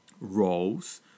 roles